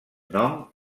nom